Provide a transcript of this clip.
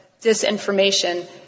disinformation